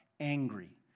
Angry